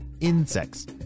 insects